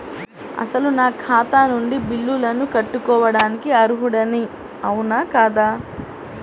అసలు నా ఖాతా నుండి బిల్లులను కట్టుకోవటానికి అర్హుడని అవునా కాదా?